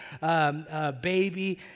baby